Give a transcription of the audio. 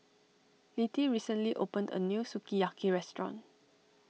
Littie recently opened a new Sukiyaki restaurant